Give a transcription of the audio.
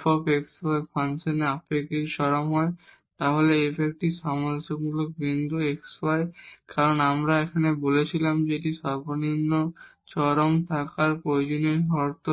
f x y ফাংশনের critical point হয় তাহলে এটি f এর একটি ক্রিটিকাল পয়েন্ট x y কারণ হ্যাঁ যেমন আমরা বলেছিলাম যে এটি এক্সট্রিম মিনিমাম থাকার প্রয়োজনীয় শর্ত